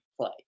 play